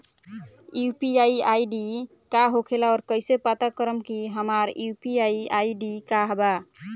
UPI ID का होखेला और कईसे पता करम की हमार यू.पी.आई आई.डी का बा?